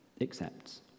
accepts